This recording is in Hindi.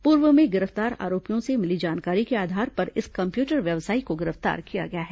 पूर्व में गिरफ्तार आरोपियों से मिली जानकारी के आधार पर इस कम्प्यूटर व्यवसायी को गिरफ्तार किया गया है